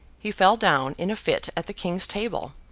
he fell down in a fit at the king's table,